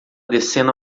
descendo